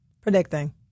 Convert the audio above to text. predicting